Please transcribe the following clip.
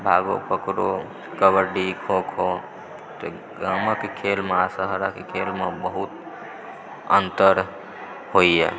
भागो पकड़ो कब्बडी खोखो गामक खेल आ शहरके खेलमे बहुत अंतर होइत यऽ